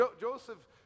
Joseph